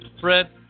Fred